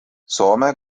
soome